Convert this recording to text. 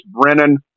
Brennan